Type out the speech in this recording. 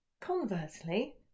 Conversely